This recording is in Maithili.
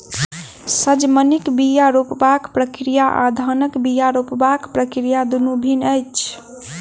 सजमनिक बीया रोपबाक प्रक्रिया आ धानक बीया रोपबाक प्रक्रिया दुनु भिन्न अछि